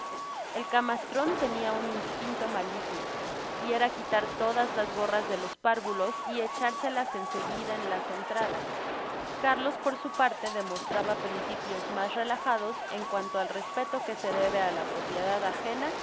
el camastron tenia un instinto maligno y era quitar todas las gorras de los párvulos y hecharselas en seguida en las entradas carlos por su parte demostraba principios mas relajados en cuanto al respeto que se debe á la propiedad agena